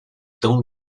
tão